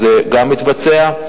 זה גם מתבצע.